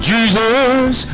Jesus